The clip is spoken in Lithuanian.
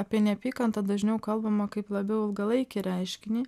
apie neapykantą dažniau kalbama kaip labiau ilgalaikį reiškinį